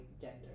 gender